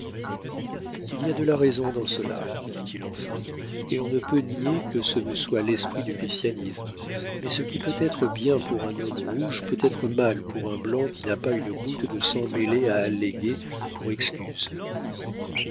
il y a de la raison dans cela dit-il enfin et l'on ne peut nier que ce ne soit l'esprit du christianisme mais ce qui peut être bien pour un homme rouge peut être mal pour un blanc qui n'a pas une goutte de sang mêlé à alléguer pour